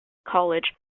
college